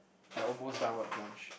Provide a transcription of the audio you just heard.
a almost downward plunge